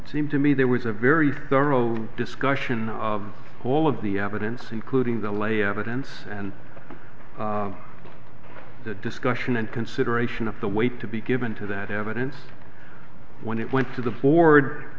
it seemed to me there was a very thorough discussion of all of the evidence including the lay evidence and the discussion and consideration of the weight to be given to that evidence when it went to the board